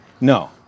No